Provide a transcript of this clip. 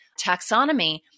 taxonomy